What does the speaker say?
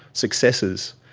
successes,